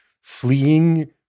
fleeing